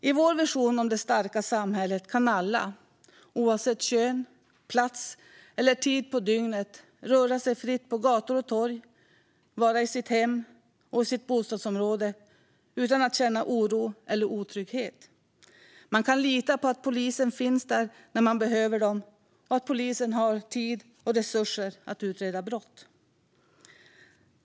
I vår vision om det starka samhället kan alla, oavsett kön, plats eller tid på dygnet, röra sig fritt på gator och torg, vara i sitt hem och i sitt bostadsområde utan att känna oro eller otrygghet. Man kan lita på att polisen finns där när man behöver den och att polisen har tid och resurser att utreda brott.